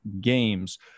games